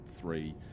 Three